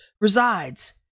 resides